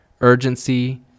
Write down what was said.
urgency